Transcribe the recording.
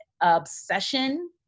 obsession